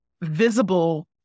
visible